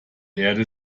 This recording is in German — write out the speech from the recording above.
erde